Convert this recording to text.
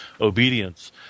obedience